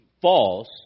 false